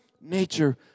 nature